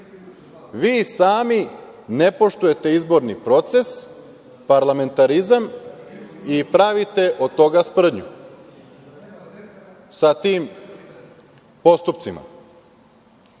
Vi sami ne poštujete izborni proces, parlamentarizam i pravite od toga sprdnju sa tim postupcima. Mi